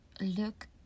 look